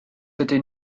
ydyn